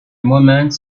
moment